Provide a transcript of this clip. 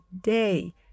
day